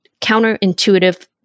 counterintuitive